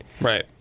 Right